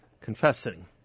confessing